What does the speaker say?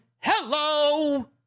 hello